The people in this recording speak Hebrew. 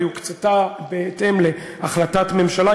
והיא הוקצתה בהתאם להחלטת הממשלה,